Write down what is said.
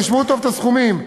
תשמעו טוב את הסכומים,